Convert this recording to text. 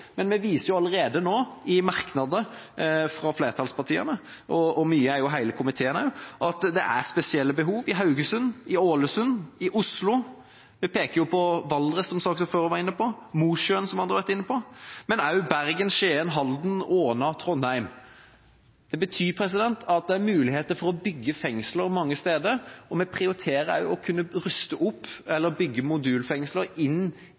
men vi viser allerede nå, i merknader fra flertallspartiene – mye er hele komiteen også – at det er spesielle behov i Haugesund, i Ålesund, i Oslo, vi peker på Valdres, som saksordføreren var inne på, Mosjøen, som andre har vært inne på, og også Bergen, Skien, Halden, Åna og Trondheim. Det betyr at det er muligheter for å bygge fengsler mange steder, og vi prioriterer også å kunne ruste opp eller bygge modulfengsler